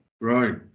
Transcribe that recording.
Right